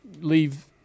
leave